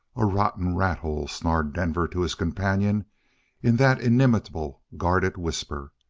a rotten rathole, snarled denver to his companion in that inimitable, guarded whisper.